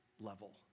level